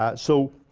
um so,